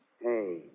Hey